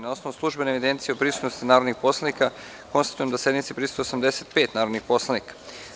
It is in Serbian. Na osnovu službene evidencije o prisutnosti narodnih poslanika, konstatujem da sednici prisustvuje 52 narodnih poslanika.